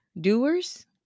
Doers